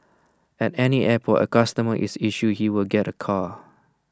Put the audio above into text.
at any airport A customer is assured he will get A car